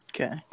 Okay